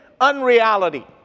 unreality